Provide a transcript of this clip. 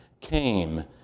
came